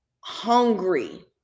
hungry